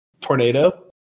tornado